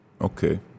Okay